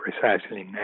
precisely